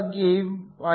ಹಾಗಾಗಿ Ihcλ